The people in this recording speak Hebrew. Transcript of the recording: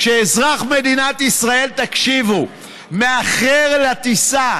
כשאזרח מדינת ישראל, תקשיבו, מאחר לטיסה,